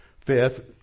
Fifth